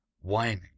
whining